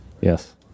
Yes